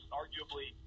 arguably